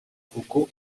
kuko